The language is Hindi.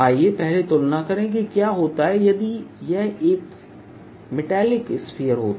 आइए पहले तुलना करें कि क्या होता यदि यह एक मैटेलिक स्फीयरहोता